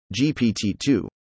GPT-2